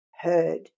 heard